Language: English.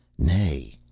nay,